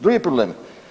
Drugi problem.